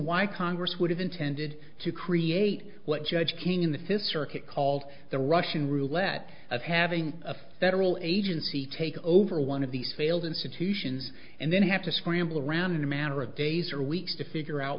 why congress would have intended to create what judge king in the fifth circuit called the russian roulette of having a federal agency take over one of these failed institutions and then have to scramble around in a matter of days or weeks to figure out